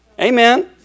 Amen